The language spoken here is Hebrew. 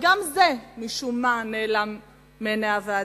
גם זה, משום מה, נעלם מעיני הוועדה.